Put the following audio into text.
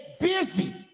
busy